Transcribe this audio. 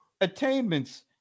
attainments